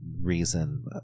reason